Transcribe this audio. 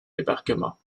débarquement